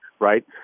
right